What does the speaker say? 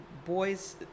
boys